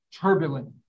turbulent